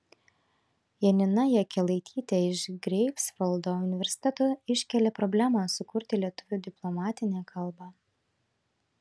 janina jakelaitytė iš greifsvaldo universiteto iškelia problemą sukurti lietuvių diplomatinę kalbą